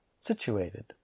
situated